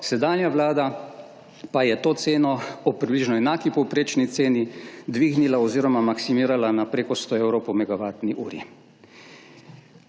sedanja vlada pa je to ceno ob približno enaki povprečni ceni dvignila oziroma maksimirala na preko 100 evrov po megavatni uri.